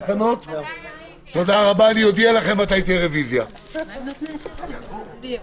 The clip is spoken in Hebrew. תודה רבה, הישיבה נעולה.